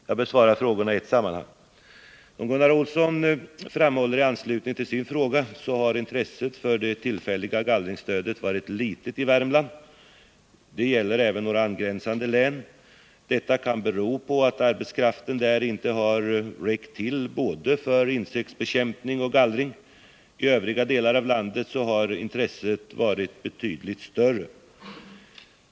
Jag besvarar frågorna i ett sammanhang. Som Gunnar Olsson framhåller i anslutning till sin fråga har intresset för det tillfälliga gallringsstödet varit litet i Värmland. Det gäller även några angränsande län. Detta kan bero på att arbetskraften där inte har räckt till både för insektsbekämpning och för gallring. I övriga delar av landet har intresset dock varit betydligt större.